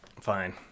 Fine